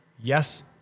yes